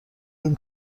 این